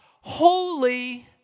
holy